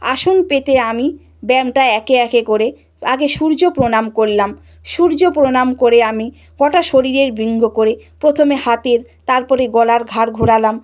আসন পেতে আমি ব্যায়ামটা একে একে করে আগে সূর্য প্রণাম করলাম সূর্য প্রণাম করে আমি কটা শরীরের ব্রিঙ্ঘ করে প্রথমে হাতের তারপরে গলার ঘাড় ঘোরালাম